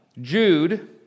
Jude